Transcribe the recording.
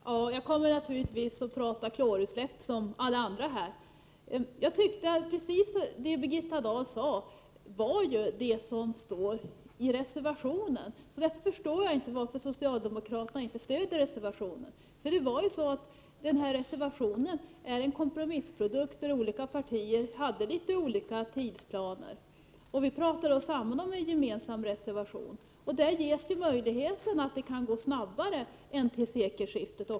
Herr talman! Jag kommer naturligtvis att prata klorutsläpp som alla andra här. Jag tycker att precis det Birgitta Dahl säger är det som står i reservation 10. Därför förstår jag inte varför socialdemokraterna inte stöder den reservationen. Reservationen är en kompromissprodukt — partierna hade olika tidsplaner, och vi pratade oss samman. Där ges ju möjlighet att avvecklingen kan gå snabbare än till sekelskiftet.